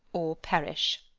or perish.